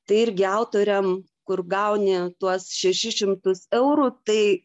tai irgi autoriam kur gauni tuos šešis šimtus eurų tai